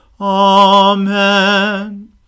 Amen